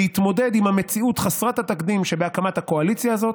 להתמודד עם המציאות חסרת התקדים שבהקמת הקואליציה הזאת,